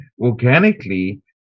organically